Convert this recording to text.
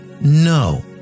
No